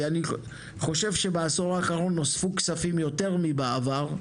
אני חושב שבעשור האחרון נוספו כספים יותר מבעבר,